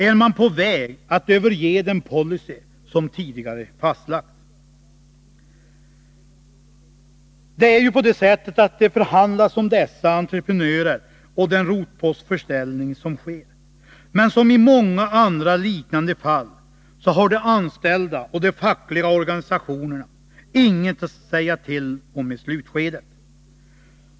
Är man på väg att överge den policy som tidigare fastlagts?” Det förhandlas ju om dessa entreprenörer och om den rotpostförsäljning som sker, men som i många andra liknande fall har de anställda och de fackliga organisationerna inget att säga till om i slutskedet.